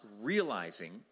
realizing